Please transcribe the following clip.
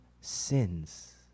sins